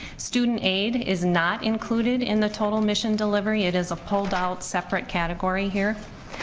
student aid is not included in the total mission delivery. it is a pulled out, separate category here.